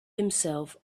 himself